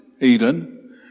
Eden